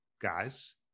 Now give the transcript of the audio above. guys